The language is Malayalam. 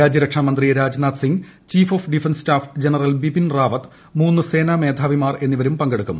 രാജ്യരക്ഷാ മന്ത്രി Rajnath Singh chief of defence staff general Bipin Rawat മൂന്ന് സേനാ മേധാവിമാർ എന്നിവരും പങ്കെടുക്കും